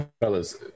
Fellas